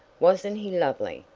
wasn't he lovely?